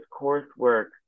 coursework